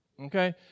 Okay